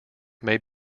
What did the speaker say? may